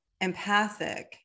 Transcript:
empathic